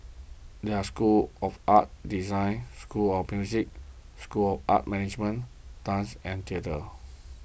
they are the school of art design school of music school of art management dance and theatre